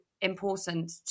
important